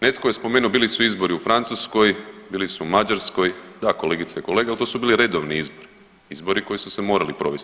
Netko je spomenuo bili su izbori u Francuskoj, bili su u Mađarskoj, da kolegice i kolege, al to su bili redovni izbori, izbori koji su se morali provesti.